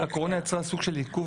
הקורונה יצרה סוג של עיכוב מסוים.